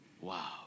wow